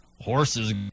horses